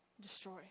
Destroy